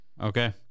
Okay